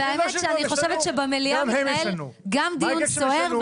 אני חושבת שבמליאה גם מתנהל דיון סוער,